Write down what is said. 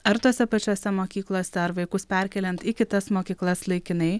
ar tose pačiose mokyklose ar vaikus perkeliant į kitas mokyklas laikinai